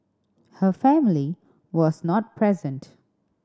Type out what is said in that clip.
her family was not present